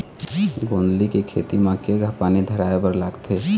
गोंदली के खेती म केघा पानी धराए बर लागथे?